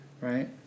Right